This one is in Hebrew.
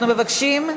אנחנו מבקשים,